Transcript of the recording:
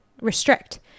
restrict